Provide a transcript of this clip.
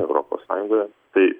europos sąjungoje tai